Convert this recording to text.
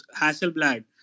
Hasselblad